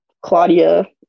Claudia